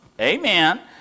amen